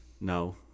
No